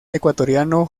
ecuatoriano